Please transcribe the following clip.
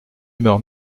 humeur